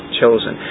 chosen